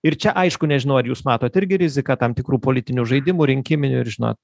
ir čia aišku nežinau ar jūs matot irgi riziką tam tikrų politinių žaidimų rinkiminių ir žinot